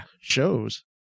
shows